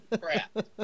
crap